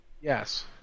yes